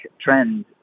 trend